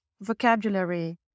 vocabulary